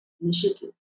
initiative